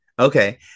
Okay